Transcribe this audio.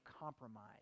compromise